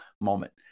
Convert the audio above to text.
moment